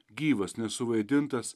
gyvas nesuvaidintas